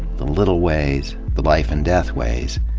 the little ways, the life-and-death ways,